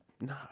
No